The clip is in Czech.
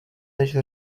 než